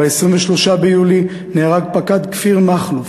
ב-23 ביולי נהרג פקד כפיר מחלוף,